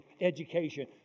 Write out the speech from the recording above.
education